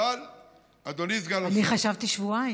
אבל אדוני סגן השר, אני חשבתי שבועיים.